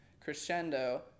crescendo